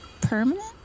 permanent